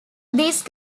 these